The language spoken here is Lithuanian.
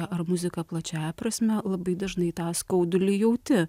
ar muzika plačiąja prasme labai dažnai tą skaudulį jauti